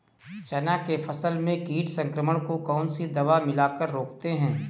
चना के फसल में कीट संक्रमण को कौन सी दवा मिला कर रोकते हैं?